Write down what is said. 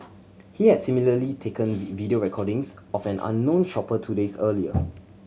he had similarly taken video recordings of an unknown shopper two days earlier